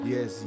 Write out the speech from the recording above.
Yes